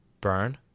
Burn